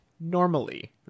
normally